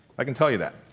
i can tell you that,